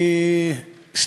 חוק,